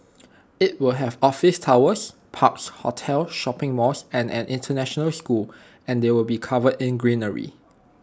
IT will have office towers parks hotels shopping malls and an International school and they will be covered in greenery